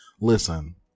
Listen